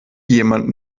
jemand